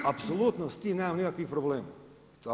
Apsolutno s time nemam nikakvim problema.